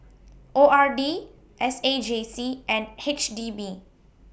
O R D S A J C and H D B